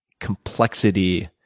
complexity